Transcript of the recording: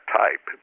type